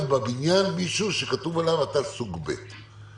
בבניין מישהו שכתוב עליו "אתה סוג ב'".